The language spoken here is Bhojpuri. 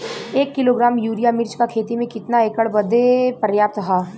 एक किलोग्राम यूरिया मिर्च क खेती में कितना एकड़ बदे पर्याप्त ह?